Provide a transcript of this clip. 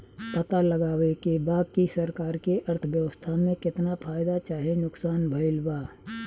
पता लगावे के बा की सरकार के अर्थव्यवस्था में केतना फायदा चाहे नुकसान भइल बा